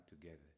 together